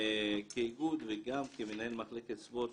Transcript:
כאיגוד וגם כמנהל מחלקת ספורט,